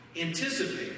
Anticipate